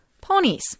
ponies